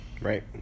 right